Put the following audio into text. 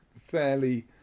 fairly